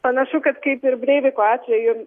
panašu kad kaip ir breiviko atveju